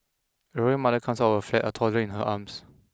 grandmother comes out of her flat a toddler in her arms